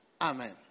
Amen